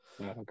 okay